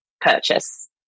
purchase